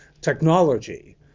technology